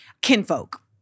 kinfolk